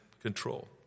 control